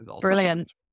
Brilliant